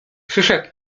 przyszedł